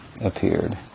appeared